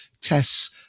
tests